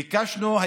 ביקשנו,